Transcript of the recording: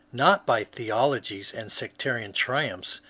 not by theologies and sectarian triumphs,